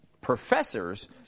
professors